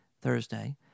Thursday